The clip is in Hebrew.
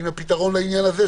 עם הפתרון לעניין הזה,